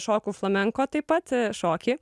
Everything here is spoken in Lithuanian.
šoku flamenko taip pat šokį